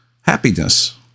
happiness